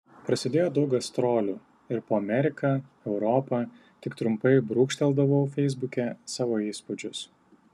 prasidėjo daug gastrolių ir po ameriką europą tik trumpai brūkšteldavau feisbuke savo įspūdžius